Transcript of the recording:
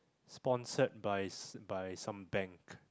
sponsored by s~ by some bank